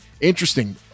interesting